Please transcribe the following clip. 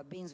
Vittoria ha ben sviscerato